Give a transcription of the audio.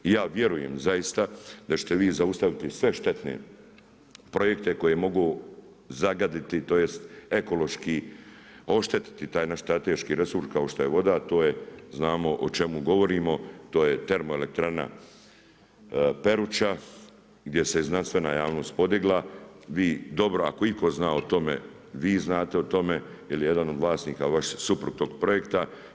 I ja vjerujem zaista da ćete vi zaustaviti sve štetne projekte koji mogu zagaditi, tj. ekološki oštetiti taj naš strateški resurs kao što je voda, a to je znamo o čemu govorimo to je termoelektrana Peruča gdje se i znanstvena javnost podigla bi dobro, ako itko zna o tome, vi znate o tome jer je jedan od vlasnika vaš suprug tog projekta.